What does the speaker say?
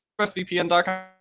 expressvpn.com